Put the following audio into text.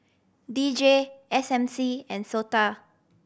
D J S M C and SOTA